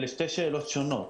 אלה שתי שאלות שונות.